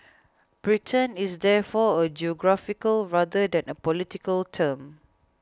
Britain is therefore a geographical rather than a political term